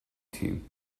team